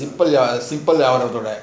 simple ah simple I want to write